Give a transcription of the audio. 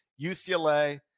UCLA